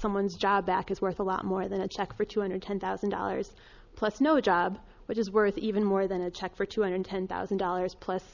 someone's job back is worth a lot more than a check for two hundred ten thousand dollars plus no job which is worth even more than a check for two hundred ten thousand dollars plus